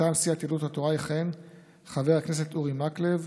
מטעם סיעת יהדות התורה יכהן חבר הכנסת אורי מקלב,